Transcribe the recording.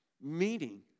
Meaning